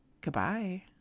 Goodbye